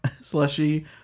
slushy